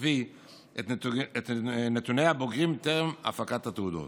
סופי את נתוני הבוגרים טרם הפקת התעודות.